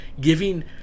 giving